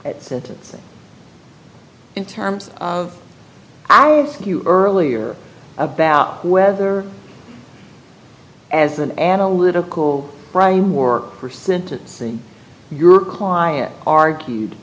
at sentencing in terms of i was q earlier about whether as an analytical brain work for sentencing your client argued